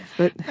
but